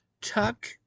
Tuck